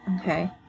Okay